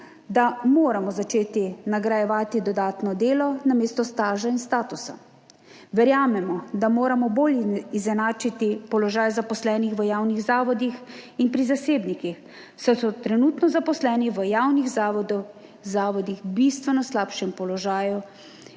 da moramo začeti nagrajevati dodatno delo namesto staža in statusa. Verjamemo, da moramo bolj izenačiti položaj zaposlenih v javnih zavodih in pri zasebnikih, saj so trenutno zaposleni v javnih zavodih v bistveno slabšem položaju kot ostali.